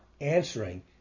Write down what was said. answering